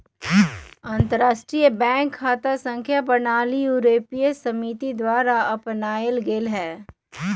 अंतरराष्ट्रीय बैंक खता संख्या प्रणाली यूरोपीय समिति द्वारा अपनायल गेल रहै